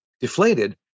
deflated